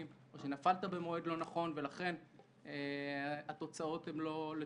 או שנפלת במועד לא נכון ולכן התוצאות לא לטובתך.